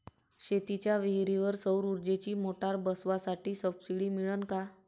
शेतीच्या विहीरीवर सौर ऊर्जेची मोटार बसवासाठी सबसीडी मिळन का?